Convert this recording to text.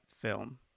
film